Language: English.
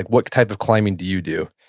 what type of climbing do you do?